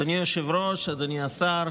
אדוני היושב-ראש, אדוני השר,